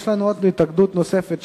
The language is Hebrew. יש לנו עוד התנגדות נוספת,